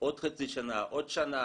עוד חצי שנה, עוד שנה,